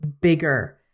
bigger